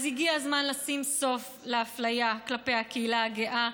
אז הגיע הזמן לשים סוף לאפליה כלפי הקהילה הגאה.